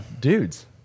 dudes